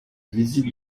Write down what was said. visite